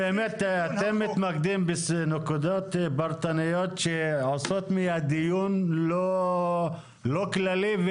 אתם מתמקדים בנקודות פרטניות שעושות מהדיון לא כללי.